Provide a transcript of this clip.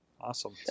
Awesome